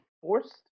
forced